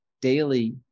daily